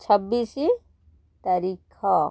ଛବିଶି ତାରିଖ